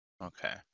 Okay